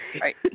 right